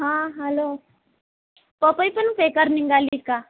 हां हालो पपई पण बेकार निघाली का